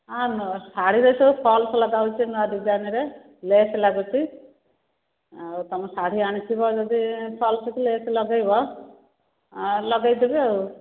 ହଁ ହଁ ଶାଢ଼ୀରେ ସବୁ ଫଲ୍ସ୍ ଲଗା ହେଉଛି ନୂଆ ଡିଜାଇନ୍ ରେ ଲେସ୍ ଲାଗୁଛି ଆଉ ତୁମେ ଶାଢ଼ୀ ଅଣିଥିବ ଯଦି ଫଲ୍ସ୍ କି ଲେସ୍ ଲଗେଇବ ଲଗେଇଦେବି ଆଉ